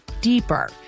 deeper